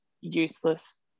useless